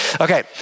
Okay